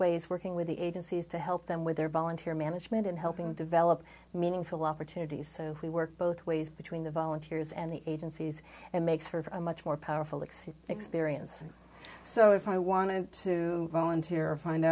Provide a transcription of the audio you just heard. ways working with the agencies to help them with their volunteer management in helping develop meaningful opportunities so we work both ways between the volunteers and the agencies and makes for a much more powerful exciting experience so if i wanted to volunteer